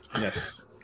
Yes